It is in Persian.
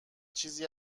چیزی